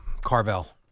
Carvel